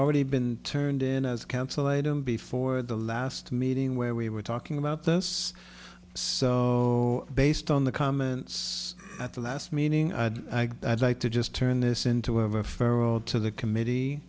already been turned in as council item before the last meeting where we were talking about this so based on the comments at the last meaning i'd like to just turn this into of a feral to the committee